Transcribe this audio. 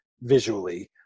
visually